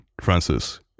Francis